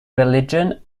religion